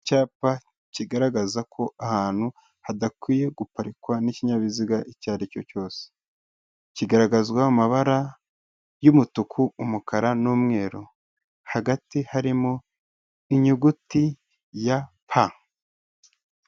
Icyapa kigaragaza ko ahantu hadakwiye guparikwa n'ikinyabiziga icyo ari cyo cyose. Kigaragazwa mu mabara y'umutuku, umukara n'umweru, hagati harimo inyuguti ya P.